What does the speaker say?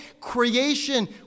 Creation